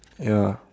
ya